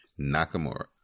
Nakamura